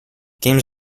games